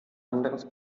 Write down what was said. anderes